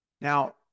Now